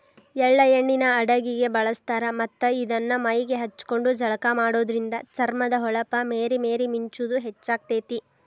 ಎಳ್ಳ ಎಣ್ಣಿನ ಅಡಗಿಗೆ ಬಳಸ್ತಾರ ಮತ್ತ್ ಇದನ್ನ ಮೈಗೆ ಹಚ್ಕೊಂಡು ಜಳಕ ಮಾಡೋದ್ರಿಂದ ಚರ್ಮದ ಹೊಳಪ ಮೇರಿ ಮೇರಿ ಮಿಂಚುದ ಹೆಚ್ಚಾಗ್ತೇತಿ